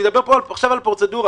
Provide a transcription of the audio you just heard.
אני מדבר עכשיו על פרוצדורה,